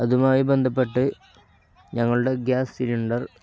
അതുമായി ബന്ധപ്പെട്ട് ഞങ്ങളുടെ ഗ്യാസ് സിലിണ്ടർ